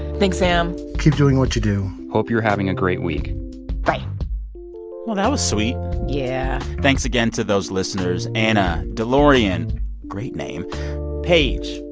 thanks, sam keep doing what you do hope you're having a great week bye well, that was sweet yeah thanks again to those listeners. anna, delorean great name paige,